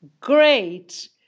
Great